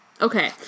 Okay